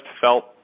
felt